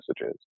messages